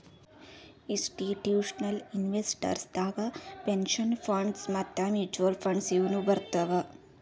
institutional investors ದಾಗ್ pension funds ಮತ್ತ್ mutual funds ಇವ್ನು ಬರ್ತವ್